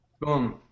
Boom